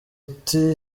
uti